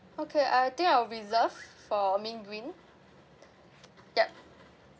okay I think I'll reserve for mint green yup